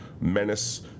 Menace